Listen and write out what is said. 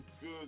good